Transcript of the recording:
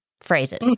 phrases